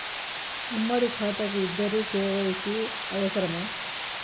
ఉమ్మడి ఖాతా కు ఇద్దరు కే.వై.సీ అవసరమా?